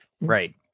Right